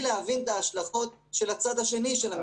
להבין את ההשלכות על הצד שני של המשוואה.